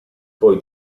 poi